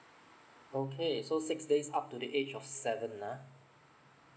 okay so six days up to the age of seven lah